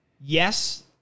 Yes